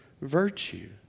virtue